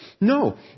No